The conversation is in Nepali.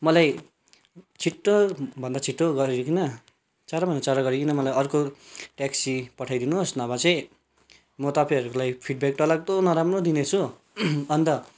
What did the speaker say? मलाई छिटो भन्दा छिटो गरीकन चाँडो भन्दा चाँडो गरीकन मलाई अर्को ट्याक्सी पठाइदिनु होस् नभए चाहिँ म तपाईँहरूलाई फिड ब्याक डर लाग्दो नराम्रो दिनेछु अन्त